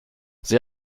sie